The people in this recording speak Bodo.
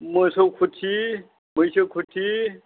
मोसौ खुथि मैसो खुथि